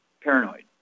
paranoid